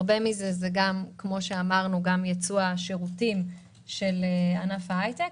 הרבה מזה הוא גם ייצוא השירותים של ענף ההייטק,